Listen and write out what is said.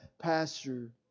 pasture